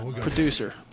producer